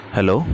Hello